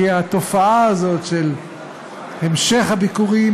כי התופעה הזאת של המשך הביקורים,